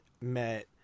met